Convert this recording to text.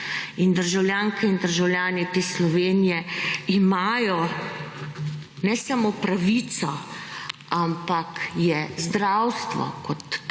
državljanke in državljani te Slovenije imajo ne samo pravico, ampak je zdravstvo, kot tako,